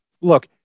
look